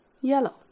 yellow